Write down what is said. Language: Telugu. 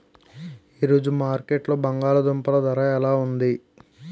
ఈ రోజు మార్కెట్లో బంగాళ దుంపలు ధర ఎలా ఉంది?